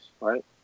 Right